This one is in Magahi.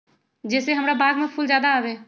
जे से हमार बाग में फुल ज्यादा आवे?